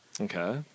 Okay